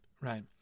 Right